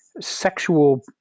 sexual